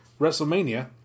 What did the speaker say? WrestleMania